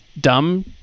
dumb